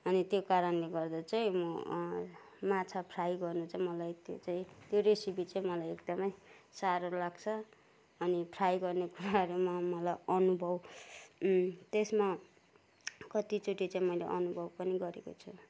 अनि त्यो कारणले गर्दा चाहिँ म माछा फ्राई गर्नु चाहिँ मलाई त्यो चाहिँ यो रेसिपी चाहिँ मलाई एकदमै साह्रो लाग्छ अनि फ्राई गर्ने कार्यमा मलाई अनुभव त्यसमा कतिचोटि चाहिँ मैले अनुभव पनि गरेको छु